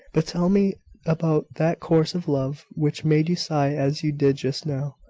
but tell me about that course of love which made you sigh as you did just now.